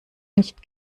nicht